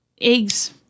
Eggs